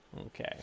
Okay